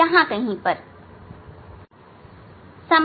यह यहां कहीं पर है